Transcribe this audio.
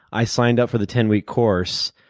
i signed up for the ten week course,